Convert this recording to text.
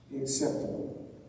acceptable